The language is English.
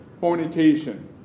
fornication